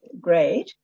great